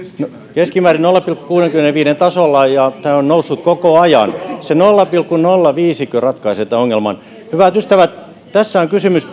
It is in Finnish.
keskimäärin nolla pilkku kuudenkymmenenviiden tasolla ja tämä on noussut koko ajan se nolla pilkku nolla viisikö ratkaisee tämän ongelman hyvät ystävät tässä on kysymys